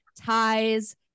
ties